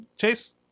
Chase